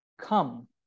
come